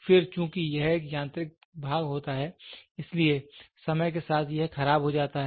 फिर चूंकि यह एक यांत्रिक भाग होता है इसलिए समय के साथ यह खराब हो जाता है